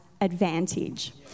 advantage